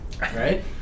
right